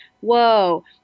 Whoa